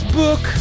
book